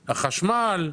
החשמל,